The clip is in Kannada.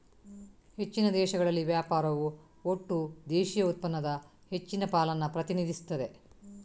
ಹೆಚ್ಚಿನ ದೇಶಗಳಲ್ಲಿ ವ್ಯಾಪಾರವು ಒಟ್ಟು ದೇಶೀಯ ಉತ್ಪನ್ನದ ಹೆಚ್ಚಿನ ಪಾಲನ್ನ ಪ್ರತಿನಿಧಿಸ್ತದೆ